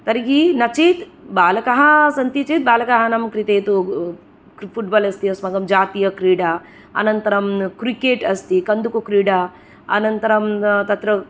तर्हि नचेत् बालकाः सन्ति चेत् बालकानां कृते तु फुट्बाल् अस्ति अस्माकं जातीयक्रीडा अनन्तरं क्रिकेट् अस्ति कन्दुकुक्रीडा अनन्तरं तत्र